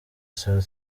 saa